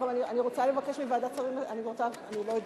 אני רוצה לבקש מוועדת שרים, אני לא יודעת.